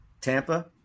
Tampa